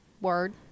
Word